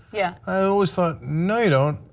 yeah i always saw, no you don't.